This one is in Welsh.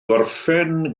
gorffen